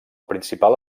principal